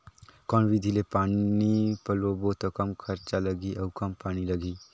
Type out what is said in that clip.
कौन विधि ले पानी पलोबो त कम खरचा लगही अउ कम पानी लगही?